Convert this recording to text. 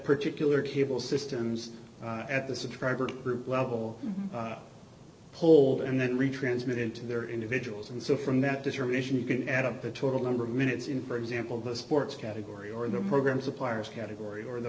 particular cable systems at the subtribe or group level pulled and then retransmit into their individuals and so from that determination you can add up the total number of minutes in for example the sports category or the program suppliers category or the